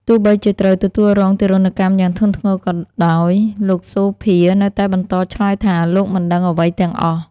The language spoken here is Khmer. ទោះបីជាត្រូវទទួលរងទារុណកម្មយ៉ាងធ្ងន់ធ្ងរក៏ដោយ លោក សូភា នៅតែបន្តឆ្លើយថា លោកមិនដឹងអ្វីទាំងអស់។